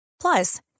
Plus